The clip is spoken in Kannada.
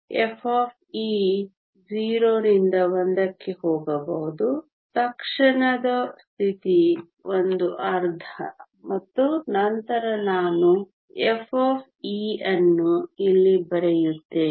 f 0 ರಿಂದ 1 ಕ್ಕೆ ಹೋಗಬಹುದು ತಕ್ಷಣದ ಸ್ಥಿತಿ 1 ಅರ್ಧ ಮತ್ತು ನಂತರ ನಾನು Ef ಅನ್ನು ಇಲ್ಲಿ ಬರೆಯುತ್ತೇನೆ